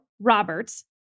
Roberts